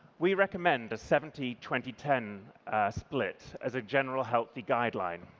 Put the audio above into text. we recommend a seventy twenty ten split as a general healthy guideline.